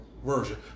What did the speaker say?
Version